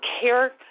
care